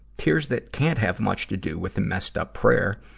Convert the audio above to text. tears that can't have much to do with the messed-up prayer.